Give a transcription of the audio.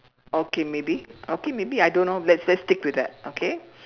okay maybe okay maybe I don't know let's let's stick with that okay